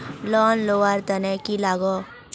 Loan लुवा र तने की लगाव?